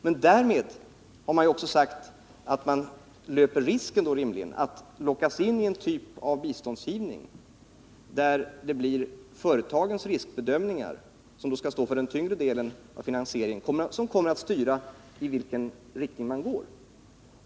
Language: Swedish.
Men därmed har man ju också sagt att man löper risken att lockas in i en typ av biståndsgivning där det blir företagens riskbedömningar som skall stå för den tyngre delen av finansieringen, som kommer att styra i vilken riktning man går.